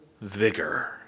vigor